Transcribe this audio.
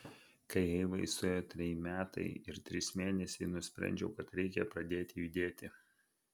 kai eivai suėjo treji metai ir trys mėnesiai nusprendžiau kad reikia pradėti judėti